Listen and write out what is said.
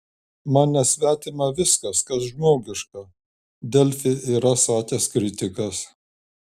man nesvetima viskas kas žmogiška delfi yra sakęs kritikas